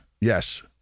Yes